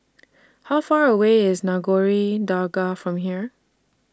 How Far away IS Nagore Dargah from here